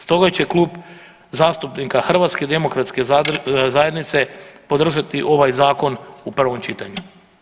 Stoga će Klub zastupnika HDZ-a podržati ovaj zakon u prvom čitanju.